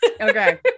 okay